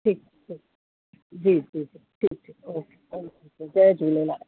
ठीकु जी जी जी ठीकु ठीकु ओके हरि ओम जय झूलेलाल